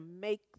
make